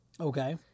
Okay